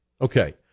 Okay